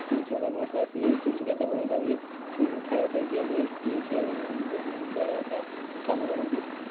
ସକାଳ ନଅ ଟା ରୁ ଆସିବେ ତିନି ଟା ଚାରି ଟା ପର୍ଯନ୍ତ ରହିବେ ଖାଇବା ପାଇଁ ଦିଆଯାଏ ସେ ବେଳଓତା କାମ କରନ୍ତି